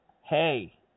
hey